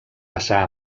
passar